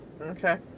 Okay